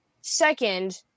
Second